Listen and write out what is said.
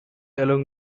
along